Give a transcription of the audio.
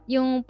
Yung